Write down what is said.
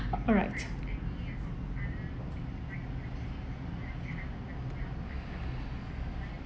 alright